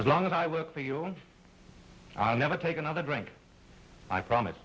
as long as i work for you i'll never take another drink i promise